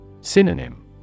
Synonym